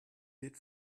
did